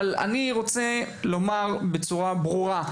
אבל אני רוצה לומר בצורה ברורה,